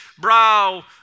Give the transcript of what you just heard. brow